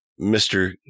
Mr